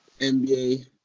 NBA